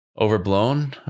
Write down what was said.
overblown